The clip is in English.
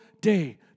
day